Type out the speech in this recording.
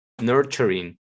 nurturing